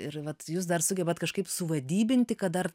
ir vat jūs dar sugebat kažkaip suvadybinti kad dar